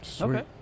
Okay